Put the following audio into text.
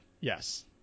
Yes